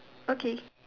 okay